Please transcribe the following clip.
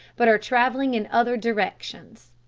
but are traveling in other directions.